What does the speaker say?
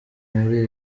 muri